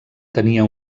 tenia